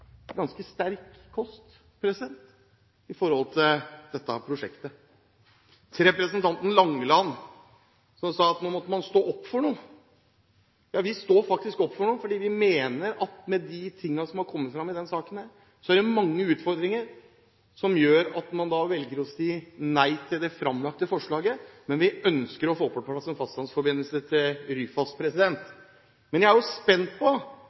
ganske sterk kost i forhold til dette prosjektet. Til representanten Langeland, som sa at nå må man stå opp for noe. Vi står faktisk opp for noe, fordi vi mener at med de tingene som er kommet fram i denne saken, er det mange utfordringer som gjør at man velger å si nei til det framlagte forslaget, men vi ønsker å få på plass en fastlandsforbindelse til Ryfast. Men jeg er jo spent på